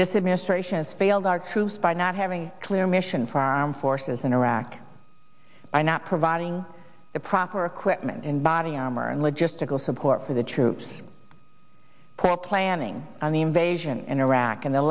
this administration has failed our troops by not having a clear mission for armed forces in iraq by not providing the proper equipment and body armor and logistical support for the troops planning on the invasion in iraq and the